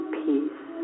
peace